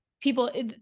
people